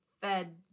fed